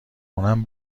اونم